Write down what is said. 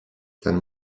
ten